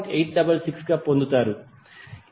866 గా పొందుతారు